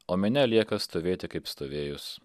o minia lieka stovėti kaip stovėjus